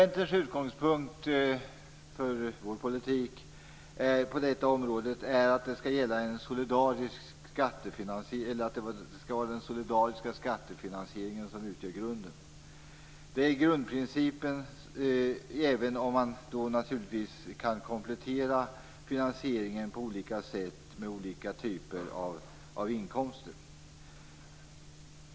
Utgångspunkten för Centerns politik på detta område är att den solidariska skattefinansieringen skall utgöra grunden. Det är grundprincipen även om man naturligtvis kan komplettera finansieringen på olika sätt med olika typer av inkomster.